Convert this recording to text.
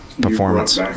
Performance